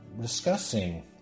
discussing